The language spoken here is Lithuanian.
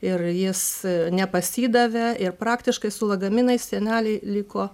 ir jis nepasidavė ir praktiškai su lagaminais seneliai liko